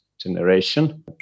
generation